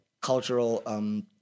cultural